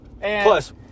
Plus